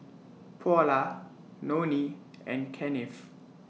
Paula Nonie and Kennith